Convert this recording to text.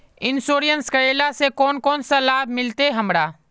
Insurance करेला से कोन कोन सा लाभ मिलते हमरा?